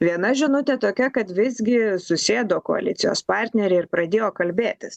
viena žinutė tokia kad visgi susėdo koalicijos partneriai ir pradėjo kalbėtis